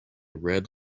red